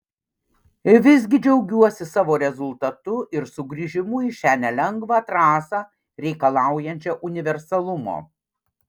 visgi džiaugiuosi savo rezultatu ir sugrįžimu į šią nelengvą trasą reikalaujančią universalumo